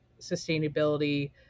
sustainability